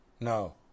No